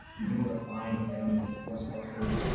being able to find a family and support structure